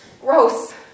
Gross